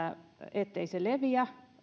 ettei se leviä